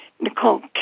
Nicole